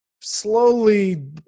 slowly